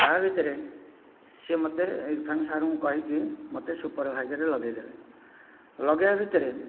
ତା' ଭିତରେ ସେ ମୋତେ ଇରଫାନ୍ ସାର୍ଙ୍କୁ କହିକି ମୋତେ ସୁପରଭାଇଜରରେ ଲଗାଇଦେଲେ ଲଗାଇବା ଭିତରେ